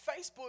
Facebook